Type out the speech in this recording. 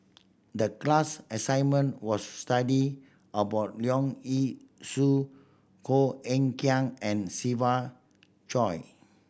the class assignment was to study about Leong Yee Soo Koh Eng Kian and Siva Choy